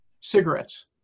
cigarettes